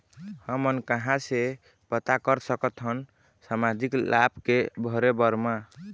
हमन कहां से पता कर सकथन सामाजिक लाभ के भरे बर मा?